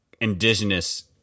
indigenous